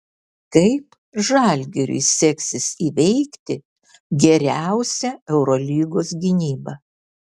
kaip žalgiriui seksis įveikti geriausią eurolygos gynybą